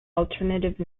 alternative